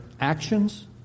actions